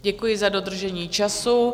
Děkuji za dodržení času.